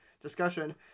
discussion